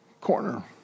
corner